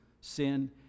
sin